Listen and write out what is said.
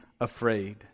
afraid